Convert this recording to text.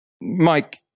Mike